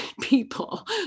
people